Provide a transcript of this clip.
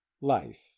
life